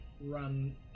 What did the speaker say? run